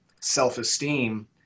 self-esteem